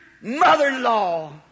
mother-in-law